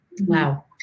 Wow